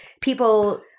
people